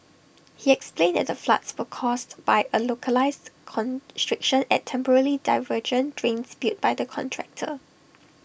he explained that the floods were caused by A localised constriction at temporary diversion drains built by the contractor